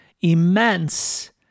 immense